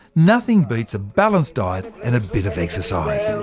nothing beats a balanced diet and a bit of exercise